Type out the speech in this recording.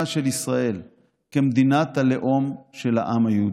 של ישראל כמדינת הלאום של העם היהודי,